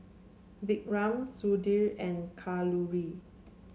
Vikram Sudhir and Kalluri